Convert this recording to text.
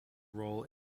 role